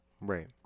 Right